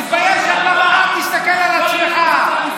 תתבייש אתה, תסתכל על עצמך.